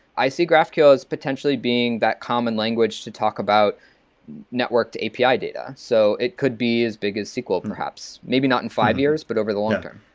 i see graphql as potentially being that common language to talk about networked api data. so it could be as big as sql perhaps, maybe not in five years, but over the long term.